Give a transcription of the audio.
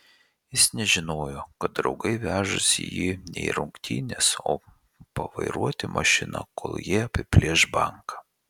jis nežinojo kad draugai vežasi jį ne į rungtynes o pavairuoti mašiną kol jie apiplėš banką